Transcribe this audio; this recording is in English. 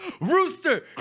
Rooster